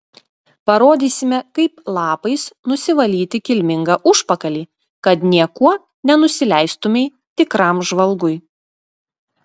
parodysime kaip lapais nusivalyti kilmingą užpakalį kad niekuo nenusileistumei tikram žvalgui